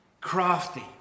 crafty